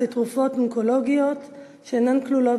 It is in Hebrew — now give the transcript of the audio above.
הכלכלה?